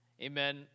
Amen